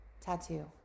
tattoo